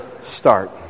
start